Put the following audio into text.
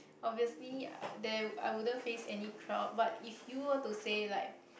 obviously there I wouldn't face any crowd but if you were to say like